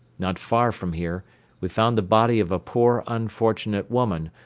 not far from here we found the body of a poor unfortunate woman,